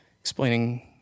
explaining